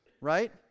right